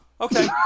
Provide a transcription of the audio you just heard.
Okay